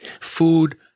food